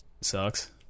sucks